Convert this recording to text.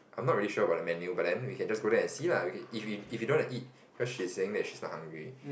I am not really sure about the menu but then we can just go there and see lah if we if we don't want to eat cause she is saying that she is not hungry